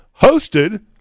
hosted